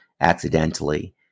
accidentally